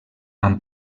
amb